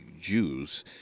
Jews